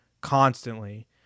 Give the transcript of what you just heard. constantly